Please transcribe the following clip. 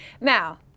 Now